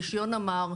ברישיון אמ"ר,